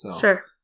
Sure